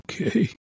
Okay